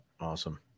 awesome